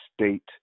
state